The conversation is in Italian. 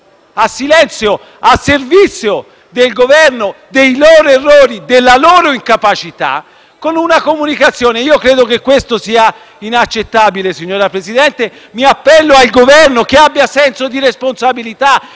a silenzio, a servizio del Governo, dei loro errori e della loro incapacità, con una comunicazione. Credo che questo sia inaccettabile, signor Presidente, e mi appello al Governo affinché abbia senso di responsabilità;